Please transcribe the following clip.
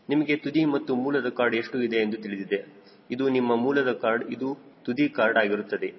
ನಿಮಗೆ ತುದಿ ಮತ್ತು ಮೂಲದ ಕಾರ್ಡ್ ಎಷ್ಟು ಇದೆ ಎಂದು ತಿಳಿದಿದೆ ಇದು ನಿಮ್ಮ ಮೂಲದ ಕಾರ್ಡ್ ಇದು ತುದಿ ಕಾರ್ಡ್ ಆಗಿರುತ್ತದೆ